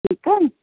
ठीकु आहे